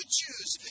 choose